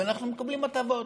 ואנחנו מקבלים הטבות.